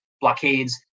blockades